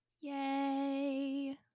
Yay